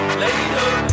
later